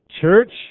church